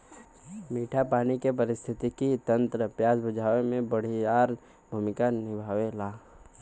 मीठा पानी के पारिस्थितिकी तंत्र प्यास बुझावे में बड़ियार भूमिका अदा करेला